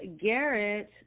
Garrett